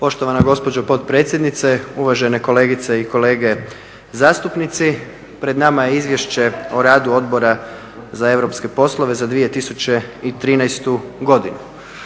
Poštovana gospođo potpredsjednice, uvažene kolegice i kolege zastupnici pred nama je Izvješće o radu Odbora za europske poslove za 2013. godinu.